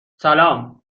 سلام